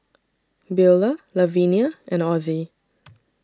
Beula Lavenia and Ozie